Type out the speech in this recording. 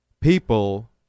people